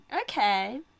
okay